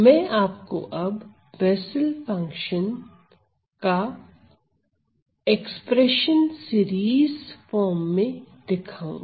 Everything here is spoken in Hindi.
मैं आपको अब बेसल फंक्शन Bessels function का एक्सप्रेशन सीरीज फॉर्म में दिखाऊंगा